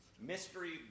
mystery